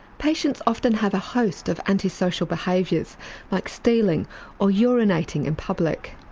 patients often have a host of antisocial behaviours like stealing or urinating in public.